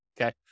okay